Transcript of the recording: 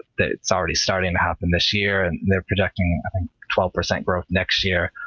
that's already starting to happen this year. and they're projecting twelve percent growth next year.